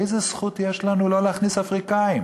איזו זכות יש לנו לא להכניס אפריקנים?